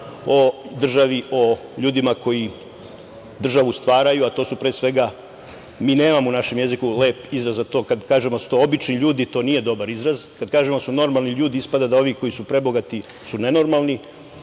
o državi, o ljudima koji državu stvaraju, a mi nemamo u našem jeziku lep izraz za to. Kada kažemo da su to obični ljudi, to nije dobar izraz. Kada kažemo da su normalni ljudi, ispada da ovi koji su prebogati su nenormalni.